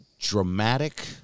dramatic